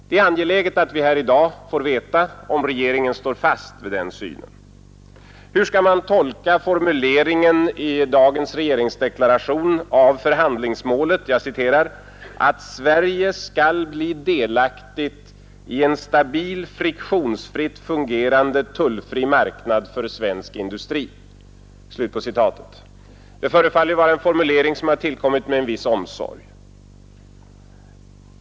Det är angeläget för oss att i dag få veta om regeringen står fast vid denna syn. Hur skall man tolka formuleringen i dagens regeringsdeklaration av förhandlingsmålet ”att Sverige skall bli delaktigt i en stabil friktionsfritt fungerande tullfri marknad för svensk industri”? Det förefaller vara en formulering, som har tillkommit med en viss omsorg.